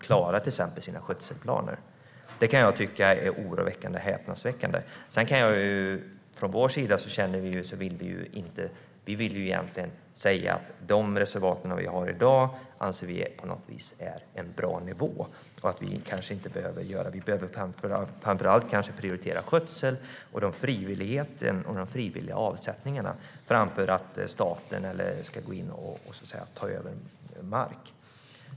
Klarar man till exempel sina skötselplaner? Det kan jag tycka är oroväckande och häpnadsväckande. Från vår sida vill vi egentligen säga att de reservat vi har i dag är en bra nivå. Vi anser att man framför allt behöver prioritera skötseln, frivilligheten och de frivilliga avsättningarna framför att staten ska gå in och ta över mark.